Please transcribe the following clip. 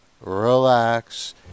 relax